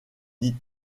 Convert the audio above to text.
dit